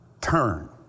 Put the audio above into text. turn